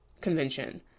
convention